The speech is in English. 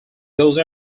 those